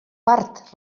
part